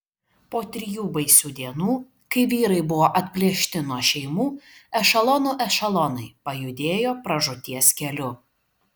po trijų baisių dienų kai vyrai buvo atplėšti nuo šeimų ešelonų ešelonai pajudėjo pražūties keliu